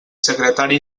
secretari